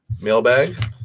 mailbag